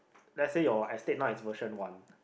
let's say your estate now is version one